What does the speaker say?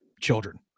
children